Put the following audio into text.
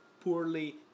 poorly